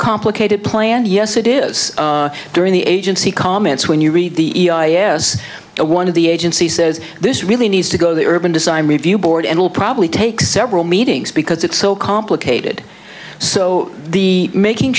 complicated plan yes it is during the agency comments when you read the i r s one of the agency says this really needs to go the urban design review board and will probably take several meetings because it's so complicated so the making